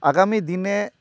ᱟᱜᱟᱢᱤ ᱫᱤᱱᱮ